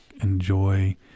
enjoy